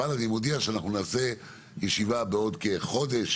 אבל אני מודיע שאנחנו נעשה ישיבה בעוד כחודש